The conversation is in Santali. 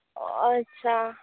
ᱚᱻ ᱟᱪᱪᱷᱟ